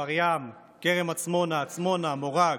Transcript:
כפר ים, כרם עצמונה, עצמונה, מורג,